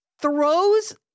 throws